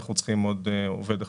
אנחנו צריכים עוד עובד אחד.